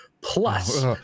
plus